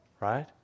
right